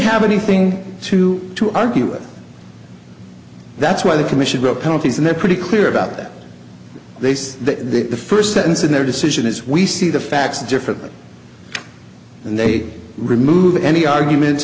have anything to to argue with that's why the commission wrote penalties and they're pretty clear about that they said that the first sentence in their decision is we see the facts differently and they remove any arguments